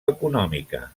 econòmica